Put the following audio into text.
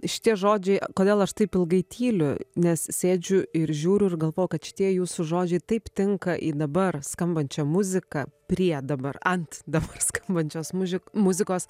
šitie žodžiai kodėl aš taip ilgai tyliu nes sėdžiu ir žiūriu ir galvoju kad šitie jūsų žodžiai taip tinka į dabar skambančią muziką prie dabar ant dabar skambančios mužik muzikos